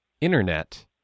internet